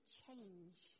change